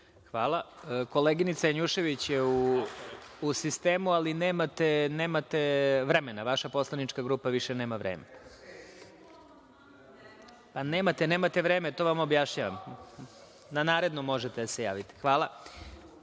Hvala. Koleginice Janjušević je u sistemu, ali nemate vremena. Vaša poslanička grupa više nema vreme. Pa, nemate, nemate vremena, to vam objašnjavam, na naredno možete da se javite. Hvala. Reč